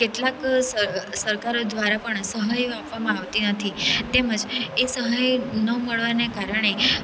કેટલાક સરકારો દ્વારા પણ સહાય આપવામાં આવતી નથી તેમજ એ સહાય ન મળવાને કારણે